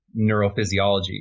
neurophysiology